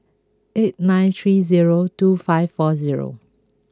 eight nine three zero two five four zero